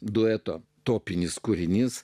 dueto topinis kūrinys